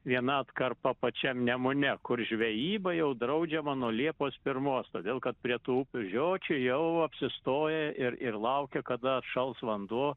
viena atkarpa pačiam nemune kur žvejyba jau draudžiama nuo liepos pirmos todėl kad prie tų upių žiočių jau apsistoja ir ir laukia kada atšals vanduo